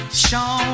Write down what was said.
show